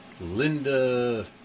Linda